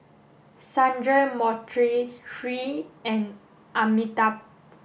Sundramoorthy Hri and Amitabh